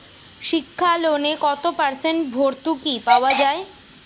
শিক্ষা লোনে কত পার্সেন্ট ভূর্তুকি পাওয়া য়ায়?